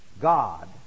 God